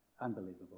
Unbelievable